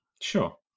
Sure